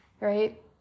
right